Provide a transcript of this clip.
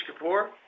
Kapoor